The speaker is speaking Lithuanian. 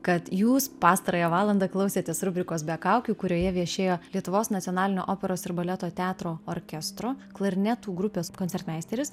kad jūs pastarąją valandą klausėtės rubrikos be kaukių kurioje viešėjo lietuvos nacionalinio operos ir baleto teatro orkestro klarnetų grupės koncertmeisteris